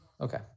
Okay